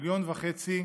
מיליון וחצי.